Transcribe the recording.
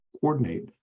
coordinate